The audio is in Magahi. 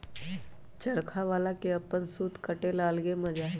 चरखा चला के अपन सूत काटे के अलगे मजा हई